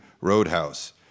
Roadhouse